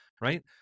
right